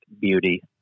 Beauty